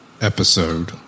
episode